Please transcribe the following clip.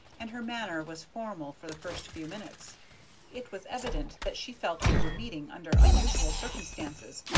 and her manner was formal for the first few minutes it was evident that she felt we were meeting under unusual circumstances,